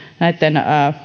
näitten